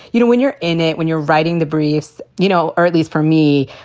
you know, when you're in it, when you're writing the briefs, you know, earley's for me,